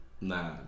Nah